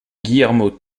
guillermo